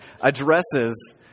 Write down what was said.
addresses